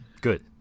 Good